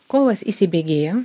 kovas įsibėgėjo